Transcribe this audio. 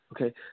Okay